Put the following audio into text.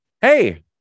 Hey